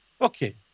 okay